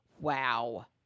Wow